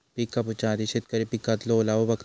पिक कापूच्या आधी शेतकरी पिकातलो ओलावो बघता